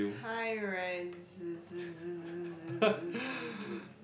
hi rise